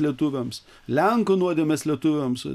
lietuviams lenkų nuodėmes lietuviams